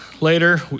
later